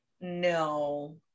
no